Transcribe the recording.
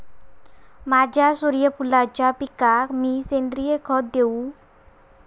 माझ्या सूर्यफुलाच्या पिकाक मी सेंद्रिय खत देवू?